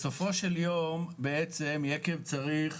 בסופו של יום, בעצם יקב צריך